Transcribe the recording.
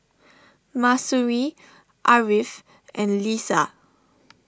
Mahsuri Ariff and Lisa